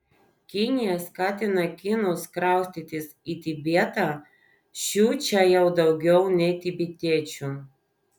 kinija skatina kinus kraustytis į tibetą šių čia jau daugiau nei tibetiečių